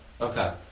Okay